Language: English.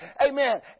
amen